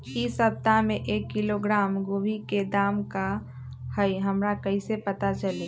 इ सप्ताह में एक किलोग्राम गोभी के दाम का हई हमरा कईसे पता चली?